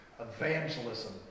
evangelism